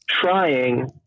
trying